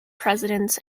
presidents